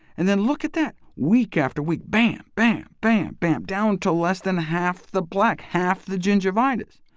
and then look at that week after week, bam, bam, bam, bam down to less than half the plaque, half the gingivitis.